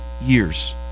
years